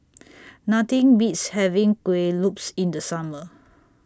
Nothing Beats having Kueh Lopes in The Summer